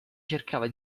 cercava